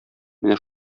менә